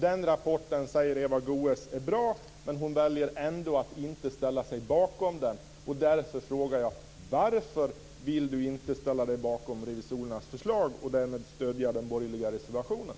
Denna rapport säger Eva Goës är bra, men hon väljer ändå att inte ställa sig bakom den. Därför frågar jag: Varför vill Eva Goës inte ställa sig bakom revisorernas förslag och därmed stödja den borgerliga reservationen?